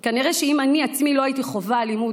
כנראה שאם אני עצמי לא הייתי חווה אלימות